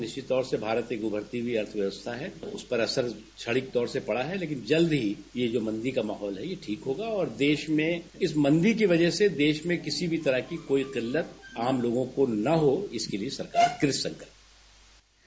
निश्चित तौर से भारत एक उभरती हुई अर्थव्यवस्था है उस पर असर क्षणिक तौर से पड़ा है लेकिन जल्द ही यह जो मंदी का माहौल है ठीक होगा और देश में इस मंदी की वजह से देश किसी भी तरह की कोई किल्लत आम लोगों को न हो इसके लिए सरकार कृतसंकल्प है